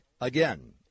Again